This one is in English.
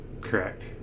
Correct